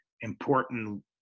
important